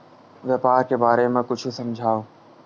व्यापार के बारे म कुछु समझाव?